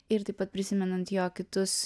ir taip pat prisimenant jo kitus